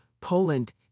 Poland